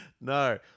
No